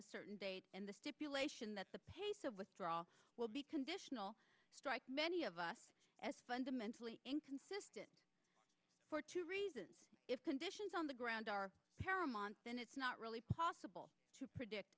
a certain date and the stipulation that the pace of withdrawal will be conditional many of us fundamentally inconsistent for two reasons if conditions on the ground are paramount then it's not really possible to predict